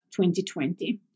2020